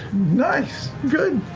nice. good.